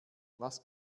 was